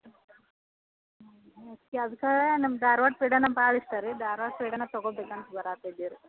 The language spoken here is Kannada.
ಹ್ಞೂ ಅದ್ಕೆ ನಮ್ಮ ಧಾರ್ವಾಡ ಪೇಡನೇ ಭಾಳ ಇಷ್ಟ ರೀ ಧಾರ್ವಾಡ ಪೇಡನೇ ತಗೋಬೇಕಂತ ಬರಹತ್ತಿದ್ದೀವಿ ರೀ